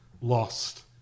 lost